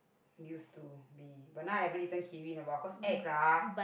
used to be but now I haven't eaten kiwi in a while cause ex ah